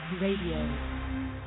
Radio